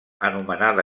anomenada